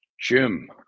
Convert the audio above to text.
jim